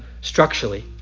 structurally